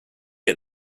get